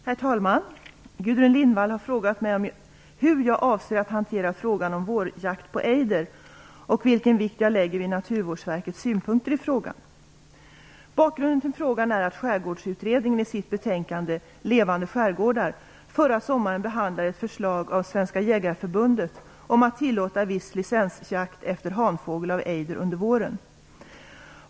Herr talman! Gudrun Lindvall har frågat mig hur jag avser att hantera frågan om vårjakt på ejder och vilken vikt jag lägger vid Naturvårdsverkets synpunkter i frågan. Bakgrunden till frågan är att Skärgårdsutredningen i sitt betänkande Levande skärgårdar förra sommaren behandlade ett förslag av Svenska jägareförbundet om att tillåta viss licensjakt efter hanfågel av ejder under våren.